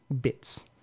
bits